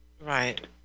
Right